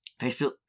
Facebook